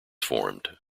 formed